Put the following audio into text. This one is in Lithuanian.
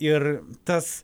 ir tas